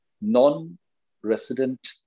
non-resident